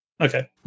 Okay